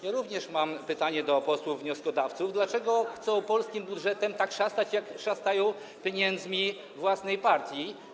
Ja również mam pytanie do posłów wnioskodawców: Dlaczego chcą polskim budżetem tak szastać, jak szastają pieniędzmi własnej partii?